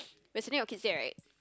we are sitting your kids there right